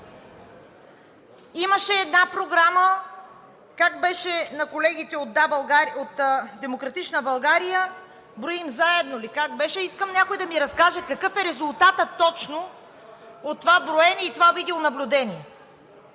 Имаше една програма на колегите от „Демократична България“, „Броим заедно“ ли, как беше, искам някой да ми разкаже какъв е резултатът точно от това броене и това видеонаблюдение.